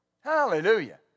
Hallelujah